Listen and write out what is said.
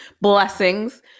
Blessings